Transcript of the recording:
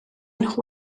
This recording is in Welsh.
nhw